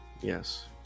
Yes